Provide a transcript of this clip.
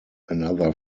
another